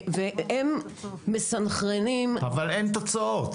והם מסנכרנים --- אבל אין תוצאות.